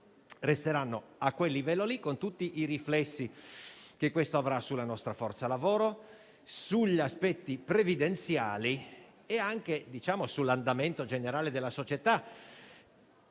resteranno a quel livello, con tutti i riflessi che questo avrà sulla nostra forza lavoro, sugli aspetti previdenziali e anche sull'andamento generale della società.